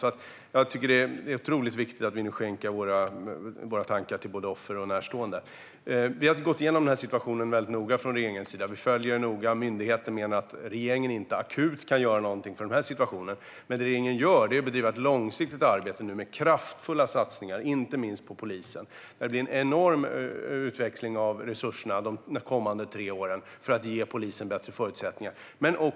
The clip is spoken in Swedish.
Det är viktigt att våra tankar går till både offer och närstående. Regeringen har gått igenom situationen noga, och vi följer det noga. Myndigheten menar att regeringen inte kan göra något akut i den här situationen. Men det regeringen gör är att vi bedriver ett långsiktigt arbete med kraftfulla satsningar, inte minst på polisen. Det blir en enorm utveckling av resurserna de kommande tre åren för att polisen ska ges bättre förutsättningar.